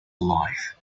alive